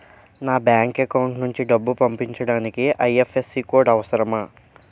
నా bank account నుంచి డబ్బు పంపించడానికి ఐ.ఎఫ్.ఎస్.సి కోడ్ అవసరమా?